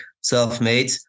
self-made